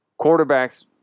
quarterbacks